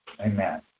Amen